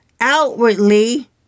outwardly